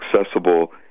accessible